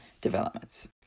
developments